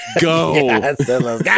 go